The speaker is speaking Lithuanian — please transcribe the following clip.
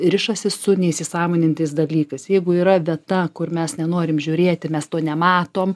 rišasi su neįsisąmonintais dalykas jeigu yra vieta kur mes nenorime žiūrėti mes to nematom